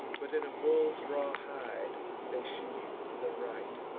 but in a bull's raw hide they sheathe the right.